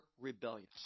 rebellious